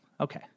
okay